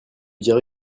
dirai